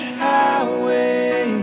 highway